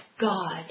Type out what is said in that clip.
God